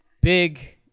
Big